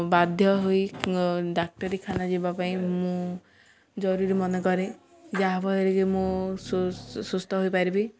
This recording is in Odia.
ବାଧ୍ୟ ହୋଇ ଡାକ୍ତରଖାନା ଯିବା ପାଇଁ ମୁଁ ଜରୁରୀ ମନେକରେ ଯାହାଫଳରେକି ମୁଁ ସୁସ୍ଥ ହୋଇପାରିବି